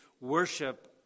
worship